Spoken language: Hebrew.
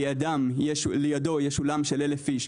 ולידו יש אולם ל-1,000 אנשים,